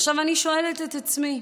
עכשיו אני שואלת את עצמי: